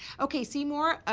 okay, seymour, ah,